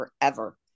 forever